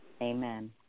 Amen